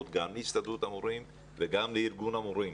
גם להסתדרות המורים וגם לארגון המורים.